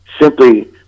simply